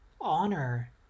honor